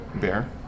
Bear